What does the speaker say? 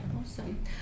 Awesome